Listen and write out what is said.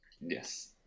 Yes